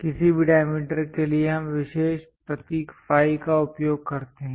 किसी भी डायमीटर के लिए हम विशेष प्रतीक फाई का उपयोग करते हैं